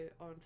on